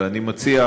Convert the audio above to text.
אבל אני מציע,